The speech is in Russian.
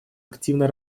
активно